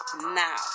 now